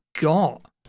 got